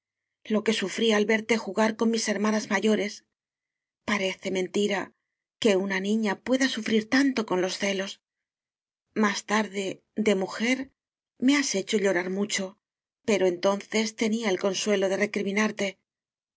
lo que sufría al verte jugar con mis hermanas mayores pa rece mentira que una niña pueda sufrir tan to con los celos más tarde de mujer me has hecho llorar mucho pero entonces tenía el consuelo de recriminarte